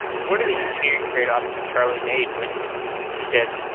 what are the engineering trade-offs that charlie made when he said,